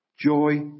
joy